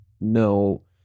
no